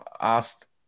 asked